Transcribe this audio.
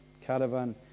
caravan